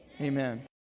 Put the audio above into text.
Amen